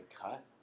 cut